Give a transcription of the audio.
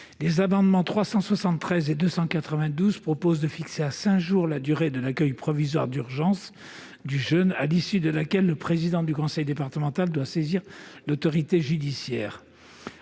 Les amendements n 373 et 292 fixent à cinq jours la durée de l'accueil provisoire d'urgence du jeune à l'issue de laquelle le président du conseil départemental doit saisir l'autorité judiciaire,